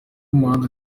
muhanda